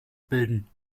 bilden